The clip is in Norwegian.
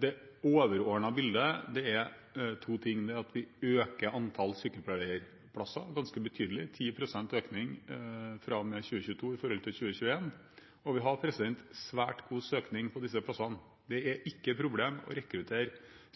Det overordnete bildet er to ting. Det ene er at vi øker antallet sykepleierstudieplasser ganske betydelig – 10 pst. økning fra og med 2022 i forhold til 2021. Det andre er at vi har svært god søkning på disse plassene. Det er heldigvis ikke noe problem å rekruttere